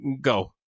Go